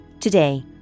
Today